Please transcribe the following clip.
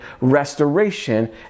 restoration